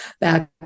back